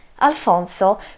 Alfonso